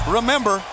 Remember